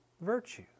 virtue